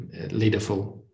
leaderful